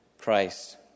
Christ